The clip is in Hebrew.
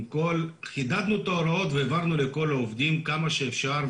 חידדנו את ההוראות והעברנו לכל העובדים כמה שאפשר,